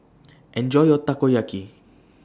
Enjoy your Takoyaki